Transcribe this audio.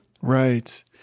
Right